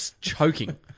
choking